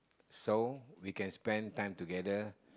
so we can spend time together